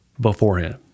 beforehand